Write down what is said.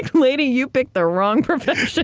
lady, you picked the wrong profession.